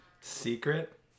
Secret